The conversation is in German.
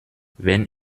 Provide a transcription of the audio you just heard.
wenn